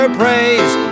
praise